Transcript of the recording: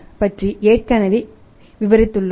பற்றி ஏற்கனவே விவரித்துள்ளோம்